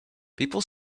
people